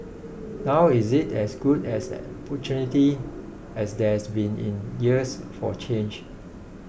now is it as good as an opportunity as there's been in years for change